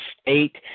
state